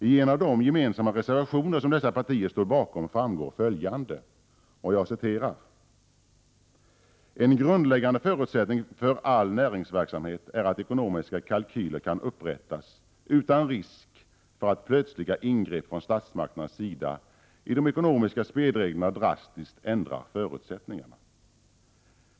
I en av de gemensamma reservationer som dessa partier stod bakom framhålls följande: ”En grundläggande förutsättning för all näringsverksamhet är att ekonomiska kalkyler kan upprättas utan risk för att plötsliga ingrepp från statsmakternas sida i de ekonomiska spelreglerna drastiskt ändrar förutsättningarna.